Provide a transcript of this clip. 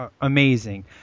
amazing